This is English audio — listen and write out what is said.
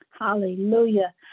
Hallelujah